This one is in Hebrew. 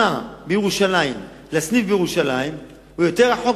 בין שכונה בירושלים לסניף בירושלים הוא יותר גדול